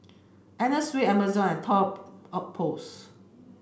Anna Sui Amazon and Toy Outpost